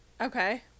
okay